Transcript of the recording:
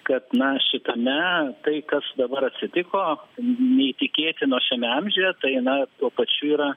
kad na šitame tai kas dabar atsitiko neįtikėtino šiame amžiuje tai na tuo pačiu yra